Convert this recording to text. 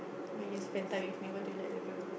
when you spend time with me what do you like to do